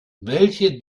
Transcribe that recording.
welche